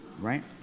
right